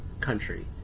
country